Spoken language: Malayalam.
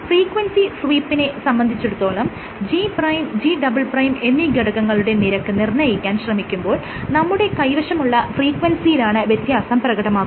ഫ്രീക്വൻസി സ്വീപ്പിനെ സംബന്ധിച്ചിടത്തോളം G' G" എന്നീ ഘടകങ്ങളുടെ നിരക്ക് നിർണ്ണയിക്കാൻ ശ്രമിക്കുമ്പോൾ നമ്മുടെ കൈവശമുള്ള ഫ്രീക്വൻസിയിലാണ് വ്യത്യാസം പ്രകടമാകുന്നത്